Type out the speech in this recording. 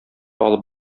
алып